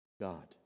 God